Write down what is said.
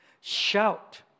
Shout